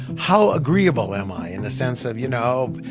how agreeable am i in the sense of, you know,